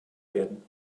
werden